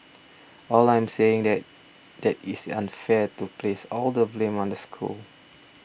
all I am saying that that it's unfair to place all the blame on the school